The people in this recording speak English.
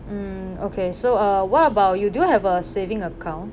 mm okay so uh what about you do have a saving account